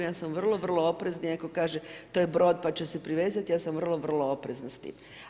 Ja sam vrlo vrlo oprezna i ako kaže, to je brod pa će se privezati, ja sam vrlo vrlo oprezna s tim.